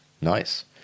Nice